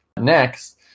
Next